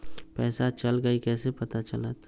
पैसा चल गयी कैसे पता चलत?